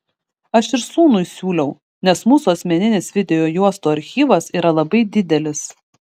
aš ir sūnui siūliau nes mūsų asmeninis video juostų archyvas yra labai didelis